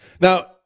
Now